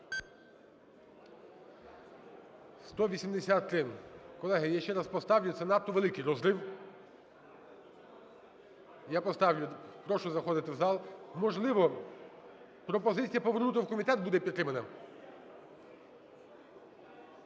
За-183 Колеги, я ще раз поставлю. Це надто великий розрив. Я поставлю. Прошу заходити в зал. Можливо, пропозиція повернути в комітет буде підтримана?